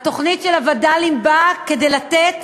תוכנית הווד"לים באה כדי לתת